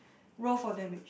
roll for damage